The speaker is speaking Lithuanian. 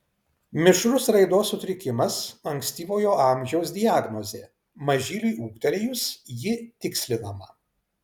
mišrus raidos sutrikimas ankstyvojo amžiaus diagnozė mažyliui ūgtelėjus ji tikslinama